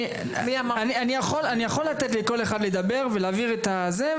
אני יכול לתת לכל אחד לדבר ולהבהיר את הזה,